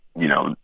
you know,